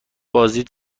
بازدید